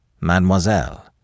Mademoiselle